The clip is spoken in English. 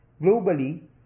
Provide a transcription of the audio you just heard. Globally